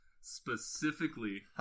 specifically